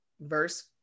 verse